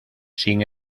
sin